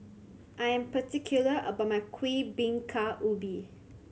I am particular about my Kuih Bingka Ubi